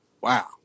wow